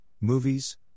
movies